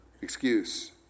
excuse